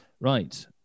right